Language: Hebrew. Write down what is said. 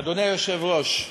אדוני היושב-ראש,